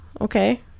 okay